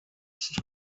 ist